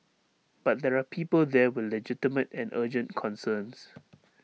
but there are people there with legitimate and urgent concerns